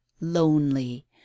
lonely